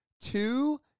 two